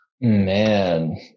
man